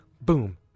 boom